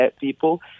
people